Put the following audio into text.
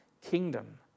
kingdom